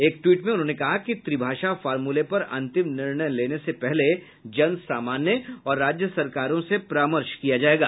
एक ट्वीट में उन्होंने कहा कि त्रिभाषा फार्मूले पर अंतिम निर्णय लेने से पहले जन सामान्य और राज्य सरकारों से परामर्श किया जाएगा